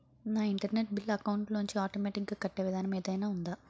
నా internet bill account లోంచి automatic గా కట్టే విధానం ఏదైనా ఉందా?